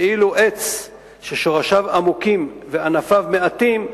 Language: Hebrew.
ואילו עץ ששורשיו עמוקים וענפיו מעטים,